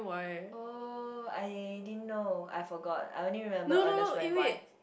oh I didn't know I forget I only remember Ernest went Y